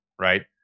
right